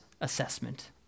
assessment